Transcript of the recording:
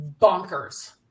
bonkers